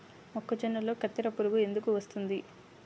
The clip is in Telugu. మొక్కజొన్నలో కత్తెర పురుగు ఎందుకు వస్తుంది?